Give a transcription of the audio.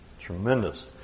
Tremendous